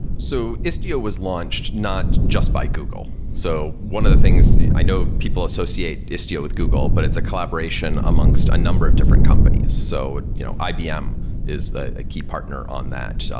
so istio was launched not just by google. so one of the things i know people associate istio with google, but it's a collaboration amongst a number of different companies. so you know ibm is a key partner on that.